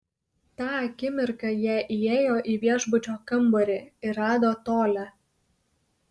tą akimirką jie įėjo į viešbučio kambarį ir rado tolią